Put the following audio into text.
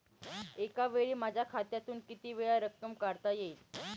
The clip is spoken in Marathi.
एकावेळी माझ्या खात्यातून कितीवेळा रक्कम काढता येईल?